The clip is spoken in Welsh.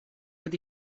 ydy